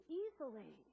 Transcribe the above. easily